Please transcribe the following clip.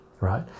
right